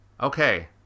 Okay